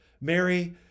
Mary